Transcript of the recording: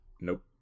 Nope